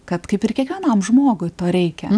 kad kaip ir kiekvienam žmogui to reikia